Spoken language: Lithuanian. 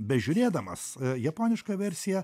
bežiūrėdamas japonišką versiją